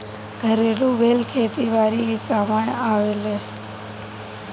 घरेलु भेड़ खेती बारी के कामे आवेले